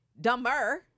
dumber